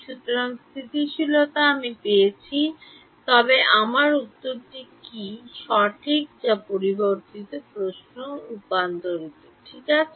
সুতরাং স্থিতিশীলতা আমি পেয়েছি তবে আমার উত্তরটি কি সঠিক যা পরবর্তী প্রশ্নটি হল রূপান্তর ঠিক আছে